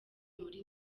muri